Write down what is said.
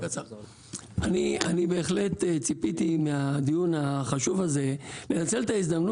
אני בהחלט ציפיתי מהדיון החשוב הזה לנצל את ההזדמנות